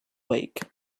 lake